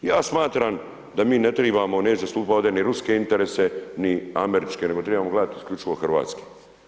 Ja smatram da mi ne tribamo, neću zastupat ovde ni Ruske interese, ni Američke nego trebamo gledat isključivo Hrvatske.